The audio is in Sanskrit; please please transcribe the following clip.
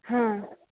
आम्